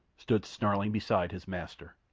stood snarling beside his master.